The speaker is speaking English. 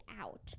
out